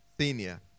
Senior